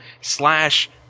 slash